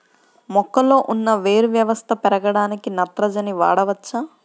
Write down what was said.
మొక్కలో ఉన్న వేరు వ్యవస్థ పెరగడానికి నత్రజని వాడవచ్చా?